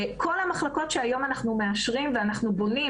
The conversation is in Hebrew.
כל המחלקות שהיום אנחנו מאשרים ואנחנו בונים,